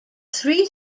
three